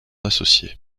associé